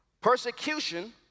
Persecution